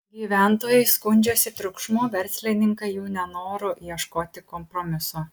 gyventojai skundžiasi triukšmu verslininkai jų nenoru ieškoti kompromiso